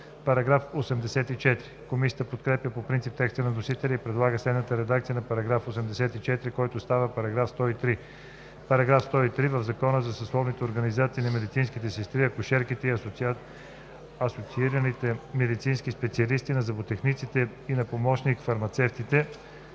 става § 102. Комисията подкрепя по принцип текста на вносителя и предлага следната редакция на § 84, който става § 103: „§ 103. В Закона за съсловните организации на медицинските сестри, акушерките и асоциираните медицински специалисти, на зъботехниците и на помощник-фармацевтите